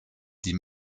die